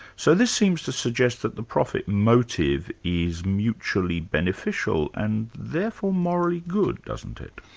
so this seems to suggest that the profit motive is mutually beneficial and therefore morally good, doesn't it?